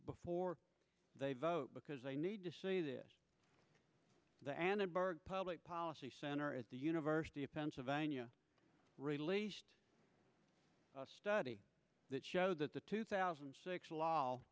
efore they vote because they need to see this the annenberg public policy center at the university of pennsylvania released a study that showed that the two thousand and six law